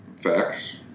Facts